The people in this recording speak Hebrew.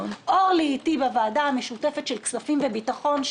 אורלי לוי אבקסיס חברה איתי בוועדה המשותפת של כספים וביטחון,